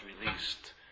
released